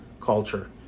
culture